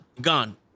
gone